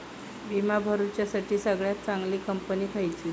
विमा भरुच्यासाठी सगळयात चागंली कंपनी खयची?